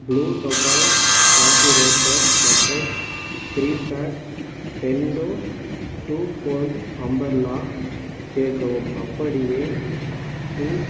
blue Tokai coffee roaster மற்றும் three pack Fento two fold umbrella சேர்க்கவும் அப்படியே two